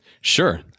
Sure